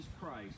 Christ